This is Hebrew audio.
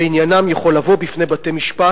ועניינם יכול לבוא בפני בתי-משפט.